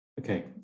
Okay